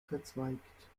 verzweigt